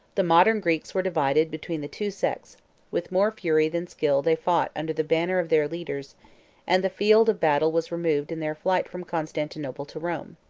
the modern greeks were divided between the two sects with more fury than skill they fought under the banner of their leaders and the field of battle was removed in their flight from constantinople to rome.